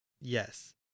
Yes